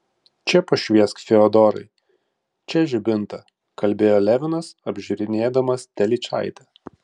čia pašviesk fiodorai čia žibintą kalbėjo levinas apžiūrinėdamas telyčaitę